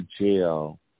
jail